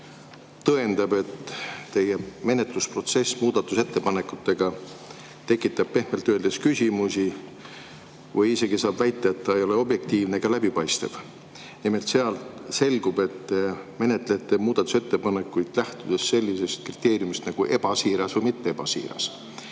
tõendab, et teie protsess muudatusettepanekute menetlemisel tekitab pehmelt öeldes küsimusi. Isegi saab väita, et see ei ole objektiivne ega läbipaistev. Nimelt selgub, et te menetlete muudatusettepanekuid, lähtudes sellisest kriteeriumist nagu "ebasiiras" või "mitte ebasiiras".